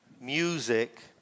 music